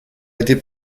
été